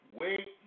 wait